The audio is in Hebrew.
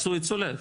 מיסוי צולל.